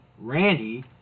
Randy